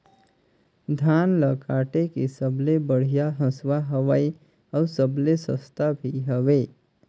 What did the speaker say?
धान ल काटे के सबले बढ़िया हंसुवा हवये? अउ सबले सस्ता भी हवे?